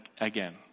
again